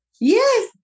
Yes